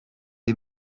les